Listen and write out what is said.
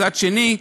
מצד שני,